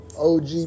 OG